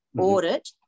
audit